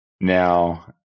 now